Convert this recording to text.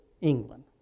England